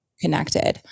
connected